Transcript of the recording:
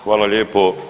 Hvala lijepo.